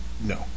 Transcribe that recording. No